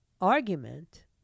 argument